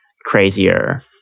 crazier